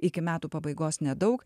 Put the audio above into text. iki metų pabaigos nedaug